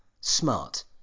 smart